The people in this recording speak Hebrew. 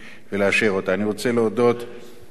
אני